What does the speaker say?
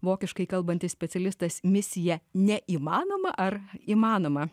vokiškai kalbantis specialistas misija neįmanoma ar įmanoma